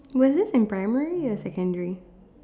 was this in primary or secondary